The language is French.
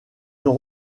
ont